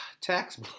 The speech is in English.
tax